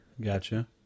gotcha